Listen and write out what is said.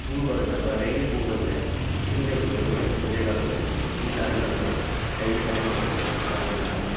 ಹೂ ಬರುತ್ತಲ್ವಾ ಡೈಲಿ ಹೂ ಬಂದರೆ ನಿಮಗೆ ದೇವರ ಮನೆಗೆ ಪೂಜೆಗೆ ಆಗತ್ತೆ ಇಲ್ಲ ಅಂದರೂ ಅದನ್ನು ಡೈಲಿ ತಗೊಂಡು ಹೋಗಿ ಮಾರ್ಕೆಟ್ಗೆ ಹಾಕಿದ್ರೆ ಅದರ ದುಡ್ಡು ಆಗತ್ತೆ